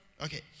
Okay